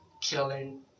killing